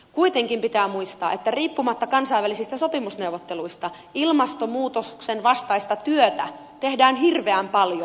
kuitenkin pitää muistaa että riippumatta kansainvälisistä sopimusneuvotteluista ilmastonmuutoksen vastaista työtä tehdään hirveän paljon